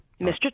Mr